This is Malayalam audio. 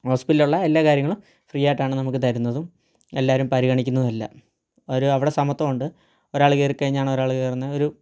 ഹോസ്പിറ്റലിലുള്ള എല്ലാ കാര്യങ്ങളും ഫ്രീ ആയിട്ടാണ് നമുക്ക് തരുന്നതും എല്ലാവരും പരിഗണിക്കുന്നതുമെല്ലാം ഓരോ അവിടെ സമത്വമുണ്ട് ഒരാൾ കയറി കഴിഞ്ഞാണ് ഒരാൾ കയറുന്നത്